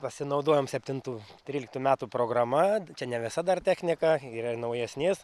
pasinaudojom septintų tryliktų metų programa čia ne visa dar technika yra ir naujesnės